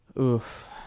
Oof